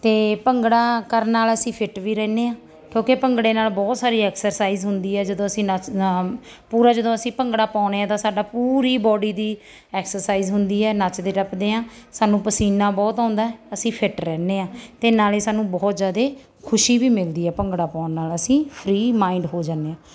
ਅਤੇ ਭੰਗੜਾ ਕਰਨ ਨਾਲ ਅਸੀਂ ਫਿੱਟ ਵੀ ਰਹਿੰਦੇ ਹਾਂ ਕਿਉਂਕਿ ਭੰਗੜੇ ਨਾਲ ਬਹੁਤ ਸਾਰੀ ਐਕਸਰਸਾਈਜ਼ ਹੁੰਦੀ ਹੈ ਜਦੋਂ ਅਸੀਂ ਨੱਚ ਪੂਰਾ ਜਦੋਂ ਅਸੀਂ ਭੰਗੜਾ ਪਾਉਂਦੇ ਹਾਂ ਤਾਂ ਸਾਡੀ ਪੂਰੀ ਬਾਡੀ ਦੀ ਐਕਸਰਸਾਈਜ਼ ਹੁੰਦੀ ਹੈ ਨੱਚਦੇ ਟੱਪਦੇ ਹਾਂ ਸਾਨੂੰ ਪਸੀਨਾ ਬਹੁਤ ਆਉਂਦਾ ਅਸੀਂ ਫਿਟ ਰਹਿੰਦੇ ਹਾਂ ਅਤੇ ਨਾਲੇ ਸਾਨੂੰ ਬਹੁਤ ਜ਼ਿਆਦਾ ਖੁਸ਼ੀ ਵੀ ਮਿਲਦੀ ਹੈ ਭੰਗੜਾ ਪਾਉਣ ਨਾਲ ਅਸੀਂ ਫਰੀ ਮਾਇੰਡ ਹੋ ਜਾਂਦੇ ਹਾਂ